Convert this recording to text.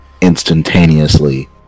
instantaneously